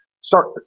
start